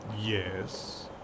Yes